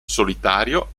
solitario